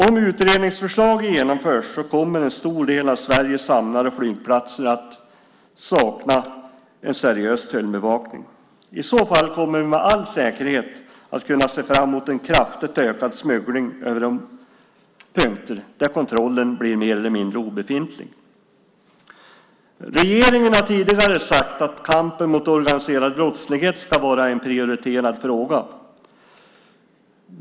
Om utredningsförslaget genomförs kommer en stor del av Sveriges hamnar och flygplatser att sakna en seriös tullbevakning. I så fall kan vi med all säkerhet se fram mot en kraftigt ökad smuggling över de punkter där kontrollen blir mer eller mindre obefintlig. Regeringen har tidigare sagt att kampen mot organiserad brottslighet ska vara en prioriterad fråga.